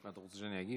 אתה רוצה שאני אגיב?